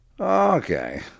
Okay